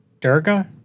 Durga